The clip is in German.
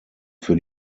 für